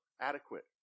adequate